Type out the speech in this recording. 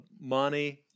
money